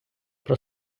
про